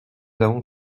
avons